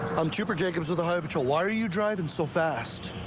i'm trooper jacobs with the highway patrol. why are you driving so fast?